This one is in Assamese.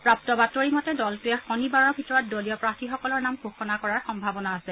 প্ৰাপ্ত বাতৰি মতে দলটোৱে শনিবাৰৰ ভিতৰত দলীয় প্ৰাৰ্থীসকলৰ নাম ঘোষণা কৰাৰ সম্ভাৱনা আছে